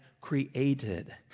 created